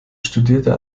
studierte